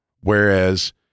whereas